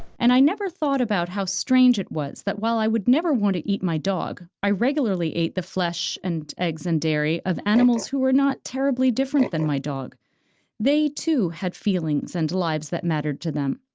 and i never thought about how strange it was that while i would never want to eat my dog, i regularly ate the flesh and eggs and dairy of animals who were not terribly different than my dog they, too, had feelings, and lifes that mattered to them.